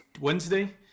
Wednesday